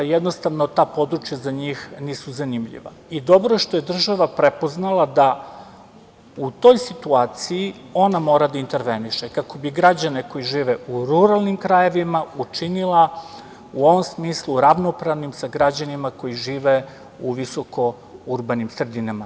Jednostavno, ta područja za njih nisu zanimljiva i dobro je što je država prepoznala da u toj situaciji ona mora da interveniše kako bi građane koji žive u ruralnim krajevima učinila u ovom smislu ravnopravnim sa građanima koji žive u visoko urbanim sredinama.